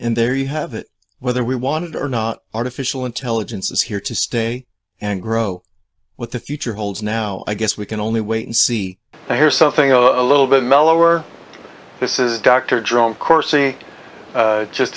and there you have it whether we want it or not artificial intelligence is here to stay and grow what the future holds now i guess we can only wait and see and hear something a little bit mellower this is dr drunk or c just